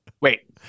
Wait